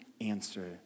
answer